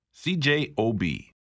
CJOB